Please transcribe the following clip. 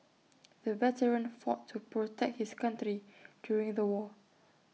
the veteran fought to protect his country during the war